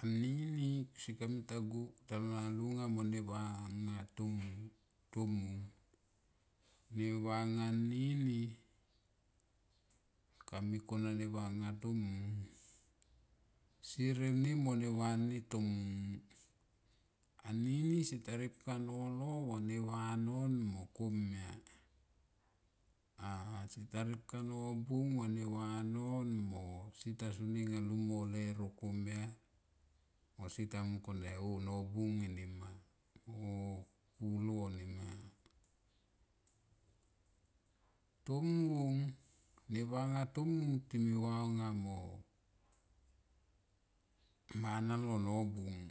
Anini kusie kamita longa mo ne va nga tomung ne va na anini kami kona ne va nga sier eni mo neva ni tomung ani ni seta ripka nolo mo ne va non mo komia a seta ripka nobung mo ne va non mo sieta soni nga long mo leuro komia mo seta kone o nobung eni ma o pulo nima. Tomung neva nga tomung time vanga mo manalo nobung